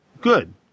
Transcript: good